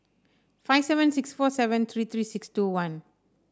five seven six four seven three three six two one